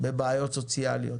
בבעיות סוציאליות,